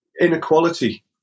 inequality